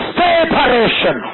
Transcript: separation